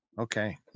Okay